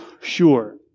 sure